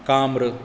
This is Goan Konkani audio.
काम्र